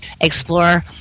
Explore